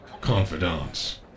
confidants